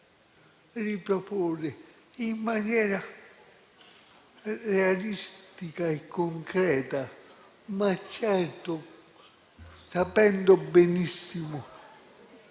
riproporre in maniera realistica e concreta, certo sapendo benissimo